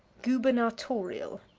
gubernatorial.